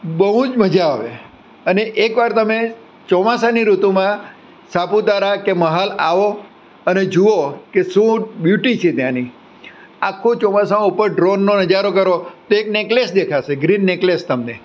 બહુ જ મજા આવે અને એકવાર તમે ચોમાસાની ઋતુમાં સાપુતારા કે મહાલ આવો અને જુઓ કે શું બ્યુટી છે ત્યાંની આખો ચોમાસામાં ઉપર ડ્રોનનો નજારો કરો તો એક નેકલેસ દેખાશે ગ્રીન નેકલેસ તમને